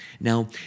Now